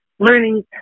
Learning